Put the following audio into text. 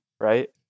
right